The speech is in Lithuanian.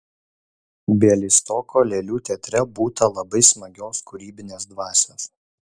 bialystoko lėlių teatre būta labai smagios kūrybinės dvasios